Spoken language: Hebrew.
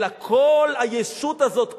אלא כל הישות הזאת כולה,